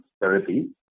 therapy